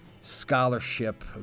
scholarship